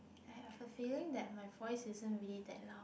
I have a feeling that my voice isn't really that loud